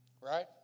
right